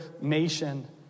nation